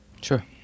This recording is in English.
Sure